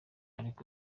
ariko